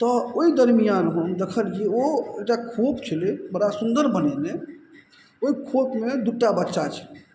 तऽ ओइ दरमियान हम देखलियै ओ एकटा खोप छलय बड़ा सुन्दर बनेने ओइ खेपमे दुट्टा बच्चा छलय